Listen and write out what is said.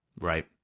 Right